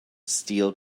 steel